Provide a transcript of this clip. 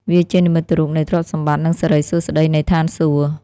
វាជានិមិត្តរូបនៃទ្រព្យសម្បត្តិ និងសិរីសួស្តីនៃឋានសួគ៌។